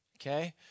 okay